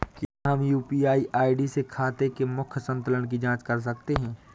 क्या हम UPI ID से खाते के मूख्य संतुलन की जाँच कर सकते हैं?